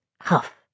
huff